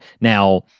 Now